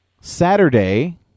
Saturday